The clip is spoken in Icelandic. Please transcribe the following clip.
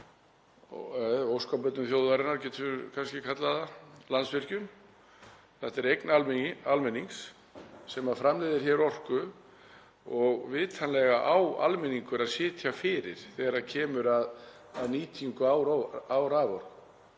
Þetta er eign almennings sem framleiðir hér orku og vitanlega á almenningur að sitja fyrir þegar kemur að nýtingu á raforku.